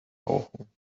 rauchen